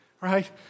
right